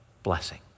Blessing